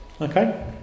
okay